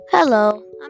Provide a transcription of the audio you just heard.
Hello